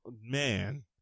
man